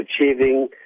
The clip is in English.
achieving